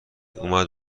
اومد